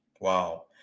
Wow